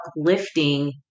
uplifting